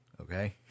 okay